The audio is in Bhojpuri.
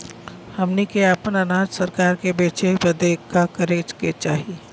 हमनी के आपन अनाज सरकार के बेचे बदे का करे के चाही?